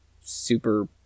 super